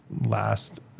last